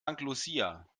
lucia